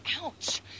ouch